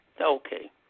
Okay